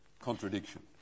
contradiction